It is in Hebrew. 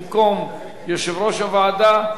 במקום יושב-ראש הוועדה.